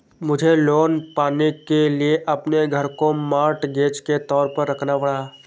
मुझे लोन पाने के लिए अपने घर को मॉर्टगेज के तौर पर रखना पड़ा